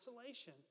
isolation